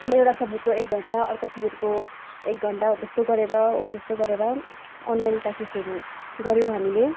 एउटा सब्जेक्टको एक घण्टा अर्को सब्जेक्टको एक घण्टा हो त्यस्तो गरेर हो त्यस्तो गरेर अनलाइन क्लासेसहरू गऱ्यौँ हामीले